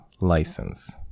License